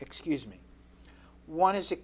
excuse me one is a